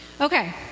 Okay